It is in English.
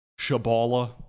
Shabala